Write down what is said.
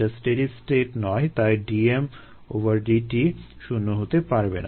এটা steady state নয় তাই d dt শূণ্য হতে পারবে না